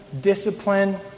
discipline